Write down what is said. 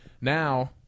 now